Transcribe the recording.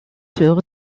sur